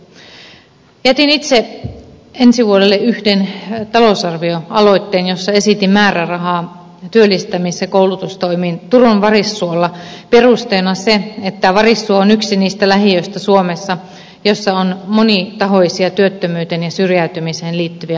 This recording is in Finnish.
jätin itse ensi vuodelle yhden talousarvioaloitteen jossa esitin määrärahaa työllistämis ja koulutustoimiin turun varissuolla perusteena se että varissuo on yksi niistä lähiöistä suomessa joissa on monitahoisia työttömyyteen ja syrjäytymiseen liittyviä haasteita